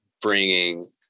bringing